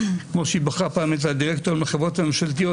כמו שפעם היא בחרה את הדירקטורים לחברות הממשלתיות,